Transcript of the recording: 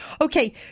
Okay